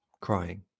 crying